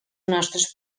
nostres